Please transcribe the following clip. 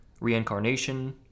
reincarnation